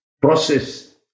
process